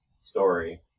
story